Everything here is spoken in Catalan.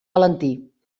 valentí